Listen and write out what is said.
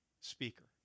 speaker